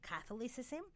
Catholicism